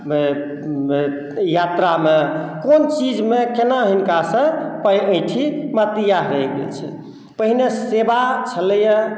यात्रामे कोनो चीजमे केना हिनकासँ पाइ ऐंठी मात्र इएह रहि गेल छै पहिने सेवा छलैए